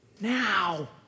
now